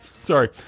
Sorry